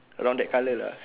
around that colour lah